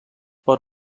per